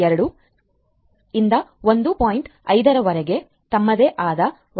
5 ರವರೆಗೆ ತಮ್ಮದೇ ಆದ ವೈಯಕ್ತಿಕ ವೈಶಿಷ್ಟ್ಯಗಳನ್ನು ಹೊಂದಿವೆ